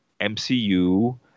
MCU